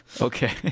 Okay